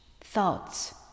thoughts